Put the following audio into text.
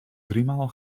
driemaal